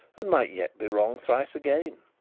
and might yet be wrong thrice again.